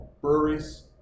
breweries